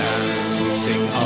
Dancing